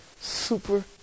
super